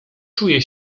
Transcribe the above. czuje